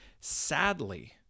Sadly